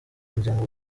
umuryango